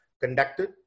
conducted